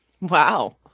Wow